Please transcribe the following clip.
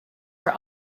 are